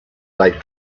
date